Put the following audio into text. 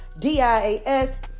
D-I-A-S